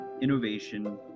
innovation